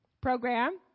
program